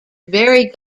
very